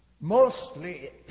Mostly